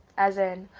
as in,